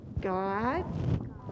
God